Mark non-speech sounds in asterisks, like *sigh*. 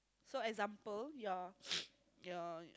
so example your *noise* your